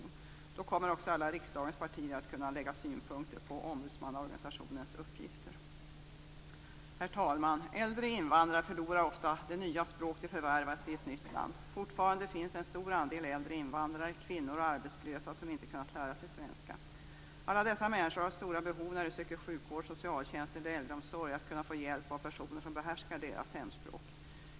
Under våren kommer också alla riksdagens partier att kunna lägga fram synpunkter på ombudsmannaorganisationens uppgifter. Herr talman! Äldre invandrare förlorar ofta det nya språk som de har förvärvat i ett nytt land. Fortfarande finns en stor andel äldre invandrare, kvinnor och arbetslösa som inte har kunnat lära sig svenska. Alla dessa människor har stora behov av hjälp av personer som behärskar deras hemspråk när de söker sjukvård, socialtjänst eller äldreomsorg.